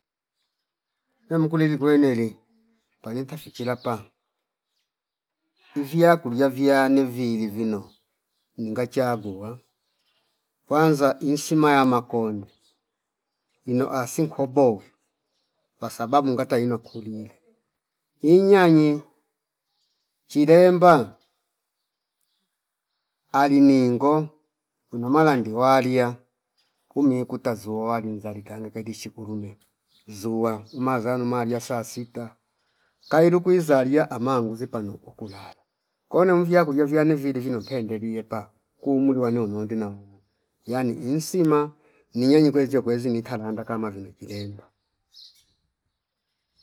Nemkulili kweneli panye tafikila pamu iviya kulia viyane viiili vino ninga chagua kwanza insima yama koni ino asi nkobo kwasababu ngata ino kulile inyanye chilemba aliningo winomala ndiwalia kuumi kuta zuuwo wali zali kange peli chikulume zuwa umazanu malia sa sita kailu kwi zalia ama nguzi pano kukulala ko no via kulia viane vili vino tendeliepa kumwili wano niwondi nawema yani insima ni nyanyi kwevio kwezi nikalanda kama vino chilemba